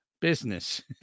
Business